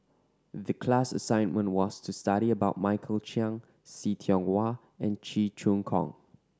the class assignment was to study about Michael Chiang See Tiong Wah and Cheong Choong Kong